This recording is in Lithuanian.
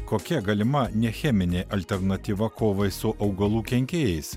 kokia galima necheminė alternatyva kovai su augalų kenkėjais